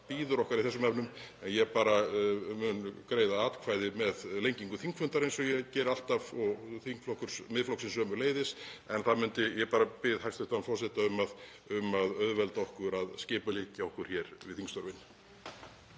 bíður okkar í þessum efnum. Ég mun greiða atkvæði með lengingu þingfundar eins og ég geri alltaf og þingflokkur Miðflokksins sömuleiðis en ég bið hæstv. forseta bara um að auðvelda okkur að skipuleggja okkur hér við þingstörfin.